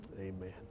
amen